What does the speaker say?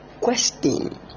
question